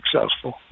successful